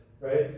right